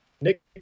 Nick